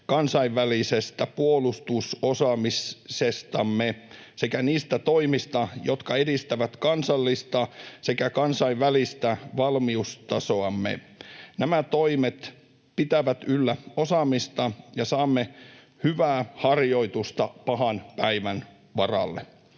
kansainvälisestä puolustusosaamisestamme sekä niistä toimista, jotka edistävät kansallista sekä kansainvälistä valmiustasoamme. Nämä toimet pitävät yllä osaamista, ja saamme hyvää harjoitusta pahan päivän varalle.